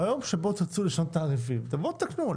ביום שבו תרצו לשנות את התעריפים תבואו ותתקנו.